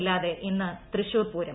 ഇല്ലാതെ ഇന്ന് തൃശൂർപൂരം